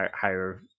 higher